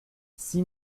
six